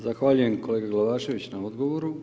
Zahvaljujem kolegi Glavaševiću na odgovoru.